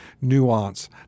nuance